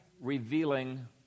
revealing